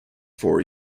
four